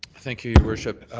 thank you, your worship.